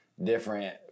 Different